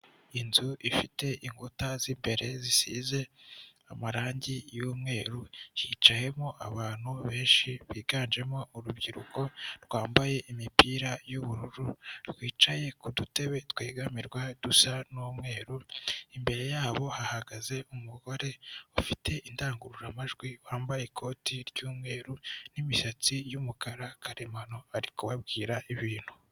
Inzu ifite inkuta z'imbere zisize amarangi y'umweru, hicayemo abantu benshi biganjemo urubyiruko rwambaye imipira y'ubururu rwicaye ku dutebe twegamirwa dusa n'umweru imbere yabo hagaze umugore ufite indangururamajwi wambaye ikoti ry'umweru n'imisatsi y'umukara karemano ari kubabwira ibintu.